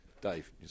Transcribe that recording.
Dave